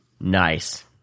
Nice